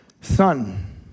son